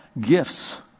gifts